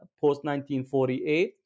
post-1948